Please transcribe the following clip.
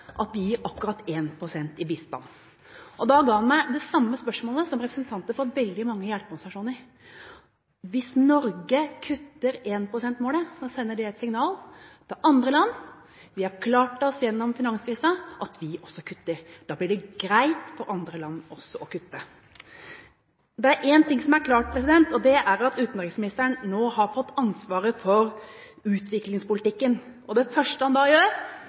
at vi gir akkurat 1 pst. til bistand? Da ga han meg det samme svaret som representanter for veldig mange hjelpeorganisasjoner: Hvis Norge kutter 1 pst.-målet, sender det et signal til andre land: Vi har klart oss gjennom finanskrisa – vi kutter også. Da blir det greit for andre land også å kutte. Det er én ting som er klart: Utenriksministeren har nå fått ansvaret for utviklingspolitikken, og det første han gjør,